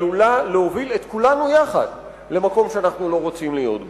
עלולה להוביל את כולנו יחד למקום שאנחנו לא רוצים להיות בו.